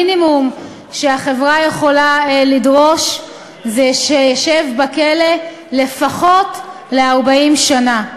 המינימום שהחברה יכולה לדרוש זה שישב בכלא לפחות 40 שנה.